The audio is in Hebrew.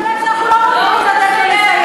מסתבר שאנחנו לא רוצים לתת לו לסיים.